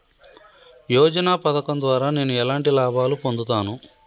యోజన పథకం ద్వారా నేను ఎలాంటి లాభాలు పొందుతాను?